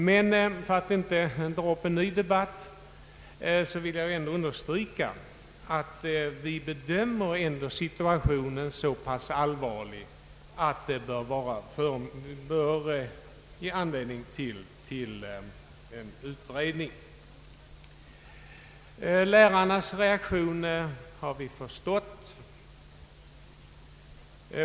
Men för att inte dra upp en ny debatt vill jag understryka att vi bedömer situationen som så pass allvarlig att den bör ge anledning till en utredning. Lärarnas reaktion har vi förstått.